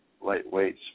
lightweight